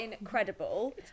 incredible